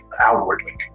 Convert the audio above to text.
outwardly